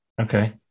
Okay